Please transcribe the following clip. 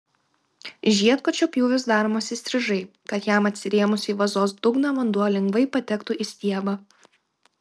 žiedkočio pjūvis daromas įstrižai kad jam atsirėmus į vazos dugną vanduo lengvai patektų į stiebą